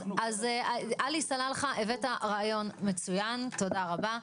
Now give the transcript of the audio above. עלי סלאלחה, הבאת רעיון מצוין, תודה רבה.